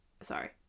sorry